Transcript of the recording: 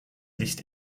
licht